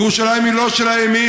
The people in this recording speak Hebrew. ירושלים היא לא של הימין,